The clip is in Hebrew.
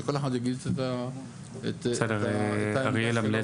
שכל אחד יגיד את העמדה שלו.